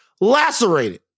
lacerated